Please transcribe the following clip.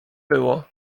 było